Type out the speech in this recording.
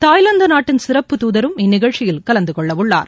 Thailand நாட்டின் சிறப்பு தூதரும் இந்நிகழ்ச்சியில் கலந்து கொள்ள உள்ளார்